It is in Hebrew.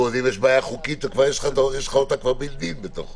אם יש בעיה חוקית, יש לך אותה כבר בילד אין בתוכו.